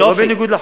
במסגרת החוק, יופי.